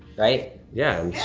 right? yeah.